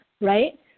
right